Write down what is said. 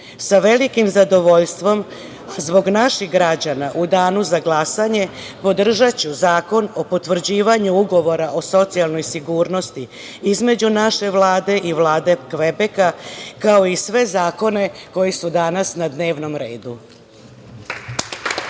velikim zadovoljstvom zbog naših građana u danu za glasanje podržaću Zakon o potvrđivanju Ugovora o socijalnoj sigurnosti između naše Vlade i Vlade Kvebeka, kao i sve zakone koji su danas na dnevnom redu.